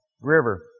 River